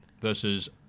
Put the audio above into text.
versus